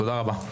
תודה רבה.